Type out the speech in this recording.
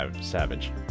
Savage